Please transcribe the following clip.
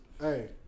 Hey